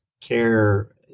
care